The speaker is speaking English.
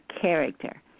character